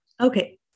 Okay